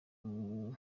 muri